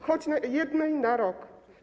Choćby jednej na rok.